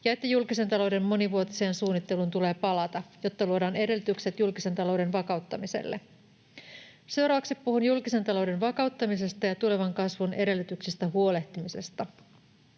ja että julkisen talouden monivuotiseen suunnitteluun tulee palata, jotta luodaan edellytykset julkisen talouden vakauttamiselle. Seuraavaksi puhun julkisen talouden vakauttamisesta ja tulevan kasvun edellytyksistä huolehtimisesta: